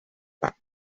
back